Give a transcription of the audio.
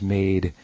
made